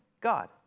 God